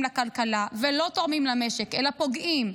לכלכלה ולא תורמים למשק אלא פוגעים,